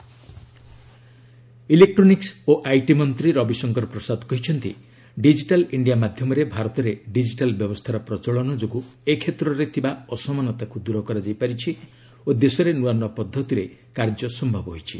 digital transformation ଇଲେକ୍ରୋନିକୁ ଓ IT ମନ୍ତ୍ରୀ ରବିଶଙ୍କର ପ୍ରସାଦ କହିଚ୍ଚନ୍ତି ଡିଜିଟାଲ୍ ଇଣ୍ଡିଆ ମାଧ୍ୟମରେ ଭାରତରେ ଡିଜିଟାଲ୍ ବ୍ୟବସ୍ଥାର ପ୍ରଚଳନ ଯୋଗୁଁ ଏ କ୍ଷେତ୍ରରେ ଥିବା ଅସମାନତାକୁ ଦୂର କରାଯାଇ ପାରିଛି ଓ ଦେଶରେ ନୂଆ ନୂଆ ପଦ୍ଧତିରେ କାର୍ଯ୍ୟ ସମ୍ଭବ ହୋଇଛି